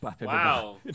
wow